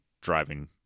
driving